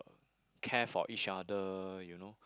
care for each other you know